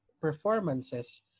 performances